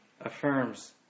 affirms